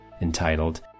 entitled